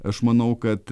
aš manau kad